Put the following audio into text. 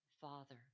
Father